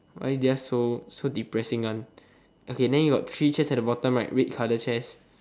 why their so so depressing one okay then you got three chairs at the bottom right red colour chair